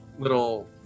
little